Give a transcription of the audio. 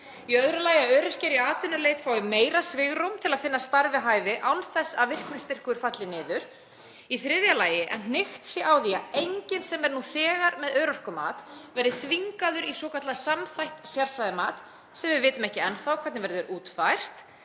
Í öðru lagi að öryrkjar í atvinnuleit fái meira svigrúm til að finna starf við hæfi án þess að virknistyrkur falli niður. Í þriðja lagi að hnykkt sé á því að enginn sem er nú þegar með örorkumat verði þvingaður í svokallað samþætt sérfræðimat sem við vitum ekki enn hvernig verður útfært.